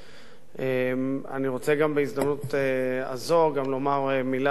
אני רוצה בהזדמנות הזו גם לומר מלה על